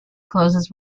closes